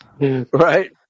Right